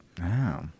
Wow